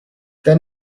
there